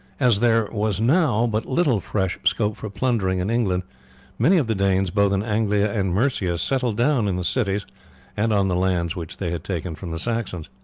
as there was now but little fresh scope for plundering in england many of the danes both in anglia and mercia settled down in the cities and on the lands which they had taken from the saxons.